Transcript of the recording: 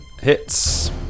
Hits